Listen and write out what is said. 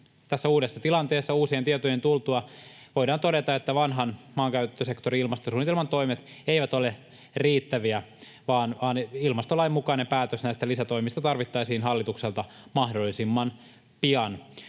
tässä uudessa tilanteessa uusien tietojen tultua. Voidaan todeta, että vanhan maankäyttösektorin ilmastosuunnitelman toimet eivät ole riittäviä, vaan ilmastolain mukainen päätös näistä lisätoimista tarvittaisiin hallitukselta mahdollisimman pian.